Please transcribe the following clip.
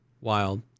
wild